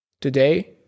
Today